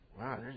wow